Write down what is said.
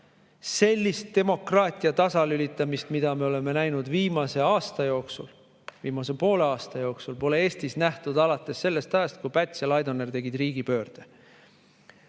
Sellist demokraatia tasalülitamist, mida me oleme näinud viimase poole aasta jooksul, pole Eestis nähtud alates sellest ajast, kui Päts ja Laidoner tegid riigipöörde. Tuldi